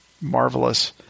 marvelous